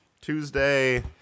Tuesday